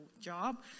job